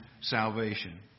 salvation